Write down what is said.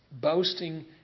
boasting